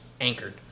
anchored